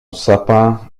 sapin